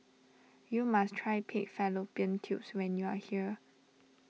you must try Pig Fallopian Tubes when you are here